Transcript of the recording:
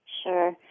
Sure